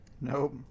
nope